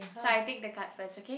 so I take the card first okay